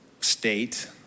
state